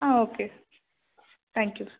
ah okay thank you